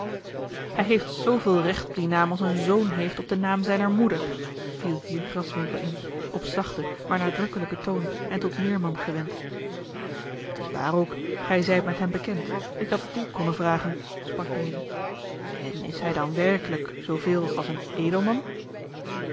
hij heeft zooveel recht op dien naam als een zoon heeft op den naam zijner moeder viel hier graswinckel in op zachten maar nadrukkelijken toon en tot meerman gewend het is waar ook gij zijt met hem bekend ik had het u konnen vragen sprak deze en is hij dan werkelijk zooveel als een edelman